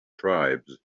tribes